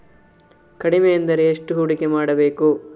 ಕಡಿಮೆ ಎಂದರೆ ಎಷ್ಟು ಹೂಡಿಕೆ ಮಾಡಬೇಕು?